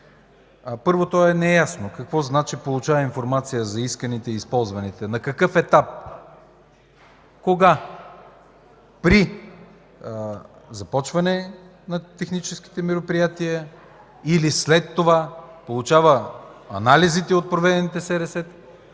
Първо то е неясно. Какво означава „получава информация за исканите и използваните”? На какъв етап? Кога? При започване на техническите мероприятия или след това получава анализите от проведените СРС-та?